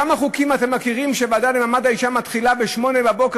כמה חוקים אתם מכירים שהוועדה למעמד האישה מתחילה ב-08:00,